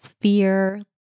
fear